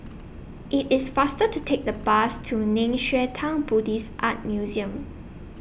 IT IS faster to Take The Bus to Nei Xue Tang Buddhist Art Museum